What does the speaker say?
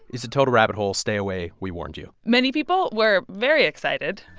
it's a total rabbit hole. stay away. we warned you many people were very excited